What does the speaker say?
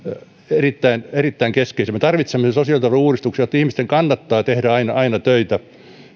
erittäin erittäin keskeisiä me tarvitsemme sosiaaliturvan uudistuksen jotta ihmisten kannattaa tehdä aina aina töitä